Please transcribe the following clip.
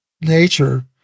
nature